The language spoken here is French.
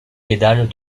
pédales